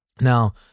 now